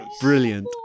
Brilliant